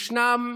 ישנן